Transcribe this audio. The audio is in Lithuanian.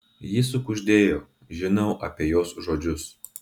ji sukuždėjo žinau apie jos žodžius